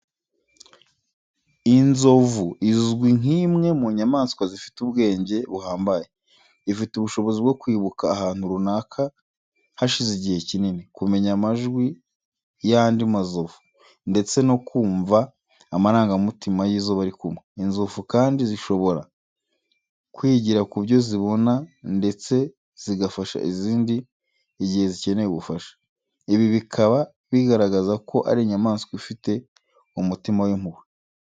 Inzovu izwi nk’imwe mu nyamaswa zifite ubwenge buhambaye. Ifite ubushobozi bwo kwibuka ahantu runaka hashize igihe kinini, kumenya amajwi y’andi mazovu, ndetse no kumva amarangamutima y’izo bari kumwe. Inzovu kandi zishobora kwigira ku byo zibona ndetse zigafasha izindi igihe zikeneye ubufasha, ibi bikaba bigaragaza ko ari inyamaswa ifite umutima w’impuhwe.